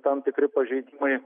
tam tikri pažeidimai